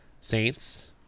Saints